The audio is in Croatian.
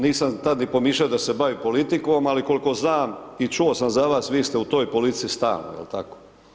Nisam tad ni pomišljao da se bavim politikom, al' kol'ko znam i čuo sam za vas, vi ste u toj politici stalno, jel' tako?